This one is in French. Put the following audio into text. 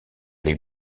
les